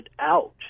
out